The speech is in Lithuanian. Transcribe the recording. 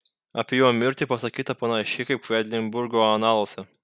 apie jo mirtį pasakyta panašiai kaip kvedlinburgo analuose